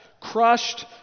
crushed